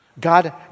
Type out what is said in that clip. God